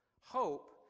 Hope